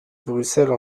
bruxelles